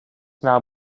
now